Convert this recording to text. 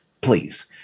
please